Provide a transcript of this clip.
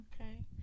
Okay